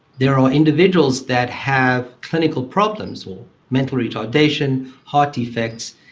there are individuals that have clinical problems or mental retardation, heart defects,